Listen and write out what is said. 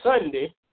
Sunday